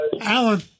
Alan